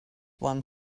one